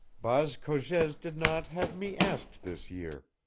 baas cogez did not have me asked this year.